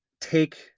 take